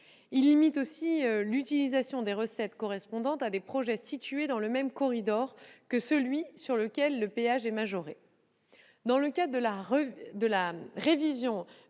Il limite aussi l'utilisation des recettes correspondantes à des projets situés dans le même corridor que celui sur lequel le péage est majoré. Dans le cadre de la révision